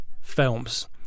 films